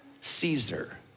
Caesar